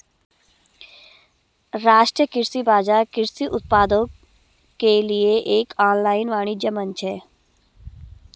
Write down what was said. राष्ट्रीय कृषि बाजार कृषि उत्पादों के लिए एक ऑनलाइन वाणिज्य मंच है